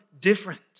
different